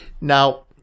now